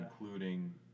including